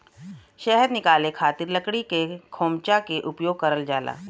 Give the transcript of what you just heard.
शहद निकाले खातिर लकड़ी के खोमचा के उपयोग करल जाला